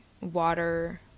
water